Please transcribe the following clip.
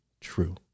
true